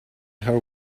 her